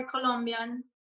Colombian